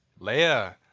Leia